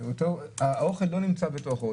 שהאוכל לא נמצא בתוכו,